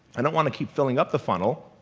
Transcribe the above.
i don't want to keep filling up the funnel,